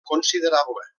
considerable